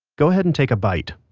go ahead and take a bite,